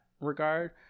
regard